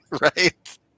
right